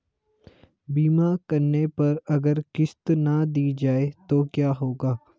बीमा करने पर अगर किश्त ना दी जाये तो क्या होगा?